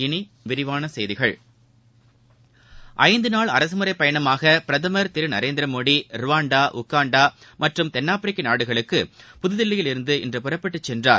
இனி விரிவான செய்திகள் ஐந்து நாள் அரகமுறை பயணமாக பிரதமர் திரு நரேந்திர மோடி ரூவாண்டா உகாண்டா மற்றும் தென்னாப்பிரிக்க நாடுகளுக்கு புதுதில்லியில் இருந்து இன்று புறப்பட்டு சென்றார்